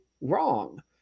wrong